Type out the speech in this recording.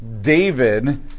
David